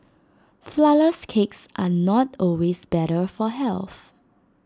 Flourless Cakes are not always better for health